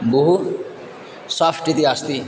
बहु साफ़्ट् इति अस्ति